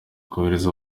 kohereza